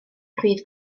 pryd